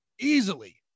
easily